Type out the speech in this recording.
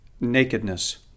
nakedness